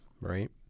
right